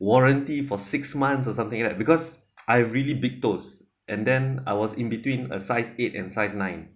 warranty for six months or something like that because I really big toes and then I was in between a size eight and size nine